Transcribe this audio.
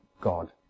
God